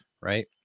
right